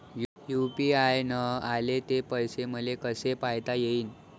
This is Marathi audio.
यू.पी.आय न आले ते पैसे मले कसे पायता येईन?